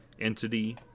entity